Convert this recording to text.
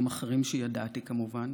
גם אחרים שידעתי, כמובן.